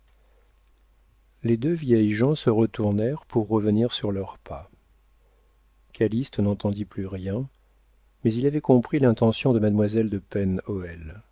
les deux vieilles gens se retournèrent pour revenir sur leurs pas calyste n'entendit plus rien mais il avait compris l'intention de mademoiselle de